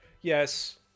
Yes